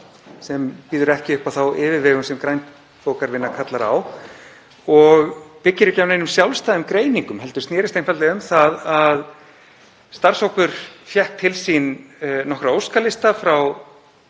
sem býður ekki upp á þá yfirvegun sem grænbókarvinna kallar á og byggir ekki á neinum sjálfstæðum greiningum heldur snerist einfaldlega um það að starfshópur fékk til sín nokkra óskalista frá